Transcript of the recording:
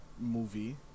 movie